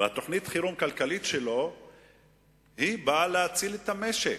ותוכנית החירום הכלכלית שלו נועדה להציל את המשק.